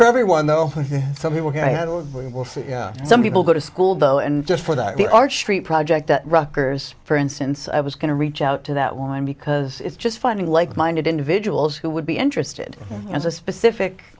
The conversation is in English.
for everyone though some people had some people go to school though and just for that the arch street project that rockers for instance i was going to reach out to that one because it's just finding like minded individuals who would be interested as a specific